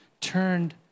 turned